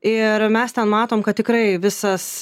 ir mes ten matom kad tikrai visas